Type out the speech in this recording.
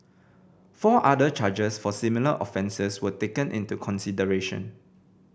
four other charges for similar offences were taken into consideration